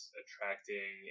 attracting